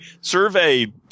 Survey